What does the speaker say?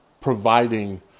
providing